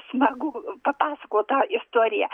smagu papasakot tą istoriją